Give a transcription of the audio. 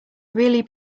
really